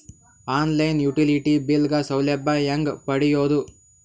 On line utility bill ಗ ಸೌಲಭ್ಯ ಹೇಂಗ ಪಡೆಯೋದು?